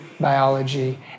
biology